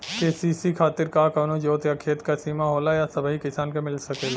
KCC खातिर का कवनो जोत या खेत क सिमा होला या सबही किसान के मिल सकेला?